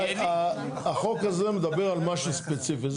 החוק הזה מדבר על משהו ספציפי.